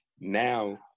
now